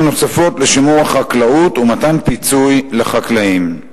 נוספות לשימור החקלאות ומתן פיצוי לחקלאים.